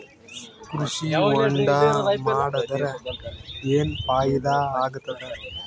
ಕೃಷಿ ಹೊಂಡಾ ಮಾಡದರ ಏನ್ ಫಾಯಿದಾ ಆಗತದ?